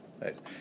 nice